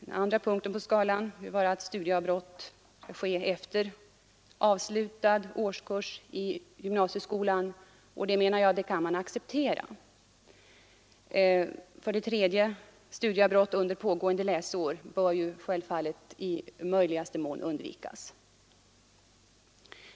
Den andra punkten på skalan skulle avse studieavbrott som sker efter avslutad årskurs i gymnasieskolan, och det menar jag att man kan acceptera. Den tredje punkten avser att studieavbrott görs under pågående läsår, vilket självfallet i möjligaste mån bör undvikas.